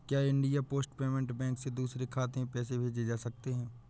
क्या India post payment bank से दूसरे खाते में पैसे भेजे जा सकते हैं?